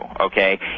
okay